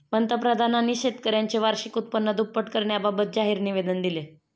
पंतप्रधानांनी शेतकऱ्यांचे वार्षिक उत्पन्न दुप्पट करण्याबाबत जाहीर निवेदन दिले